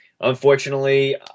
Unfortunately